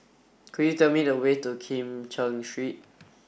could you tell me the way to Kim Cheng Street